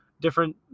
different